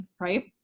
right